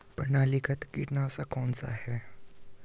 प्रणालीगत कीटनाशक कौन सा है?